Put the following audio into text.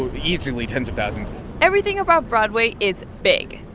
easily tens of thousands everything about broadway is big,